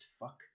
fuck